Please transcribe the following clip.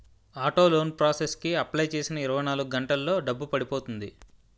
auto loan process కి apply చేసిన ఇరవై నాలుగు గంటల్లో డబ్బు పడిపోతుంది